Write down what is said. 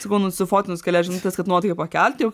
sakau nusifotkinus kelias žinutes kad nuotaikai pakelti jau